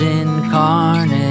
incarnate